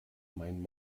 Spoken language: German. mein